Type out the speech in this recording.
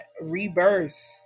rebirth